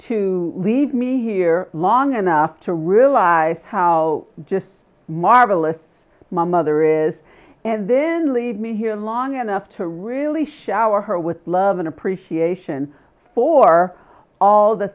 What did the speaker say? to leave me here long enough to realize how just marvelous my mother is and then leave me here long enough to really shower her with love and appreciation for all the